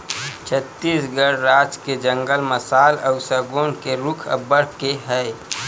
छत्तीसगढ़ राज के जंगल म साल अउ सगौन के रूख अब्बड़ के हे